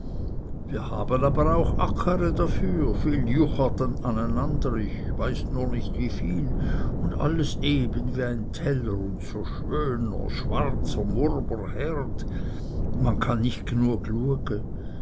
wir haben auch ackere dafür viel jucharten aneinander ich weiß nur nicht wieviel und alles eben wie ein teller und so schöner schwarzer murber herd man kann nicht genug